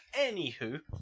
anywho